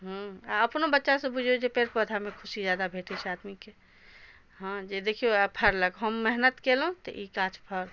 हँ आ अपनो बच्चा सँ बुझियौ जे पेड़ पौधा मे खुशी जादा भेटै छै आदमी के हँ जे देखियौ आब फरलक हम मेहनत केलहुॅं तऽ ई गाछ फरल